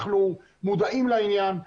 מודעים לעניין.